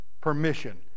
permission